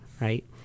right